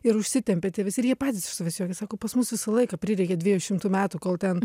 ir užsitempia tie visi ir jie patys iš savęs juokias sako pas mus visą laiką prireikia dviejų šimtų metų kol ten